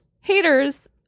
haters